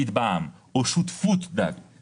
ועל פי הצעת החוק עכשיו יראו בו כאדם